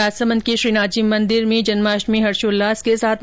राजसमंद के श्रीनाथ जी मंदिर में जन्माष्टमी हर्षोल्लास के साथ मनाई गई